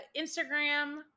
Instagram